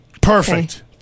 Perfect